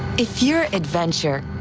if you're adventure.